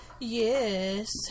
yes